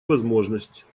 возможность